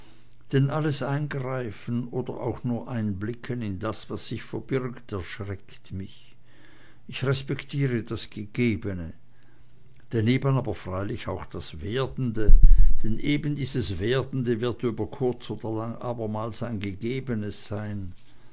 denn alles eingreifen oder auch nur einblicken in das was sich verbirgt erschreckt mich ich respektiere das gegebene daneben aber freilich auch das werdende denn eben dies werdende wird über kurz oder lang abermals ein gegebenes sein